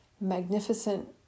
magnificent